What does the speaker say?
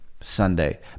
Sunday